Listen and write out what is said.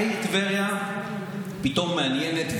העיר טבריה פתאום מעניינת,